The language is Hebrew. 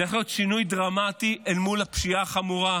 זה יכול להיות שינוי דרמטי אל מול הפשיעה החמורה,